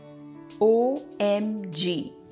OMG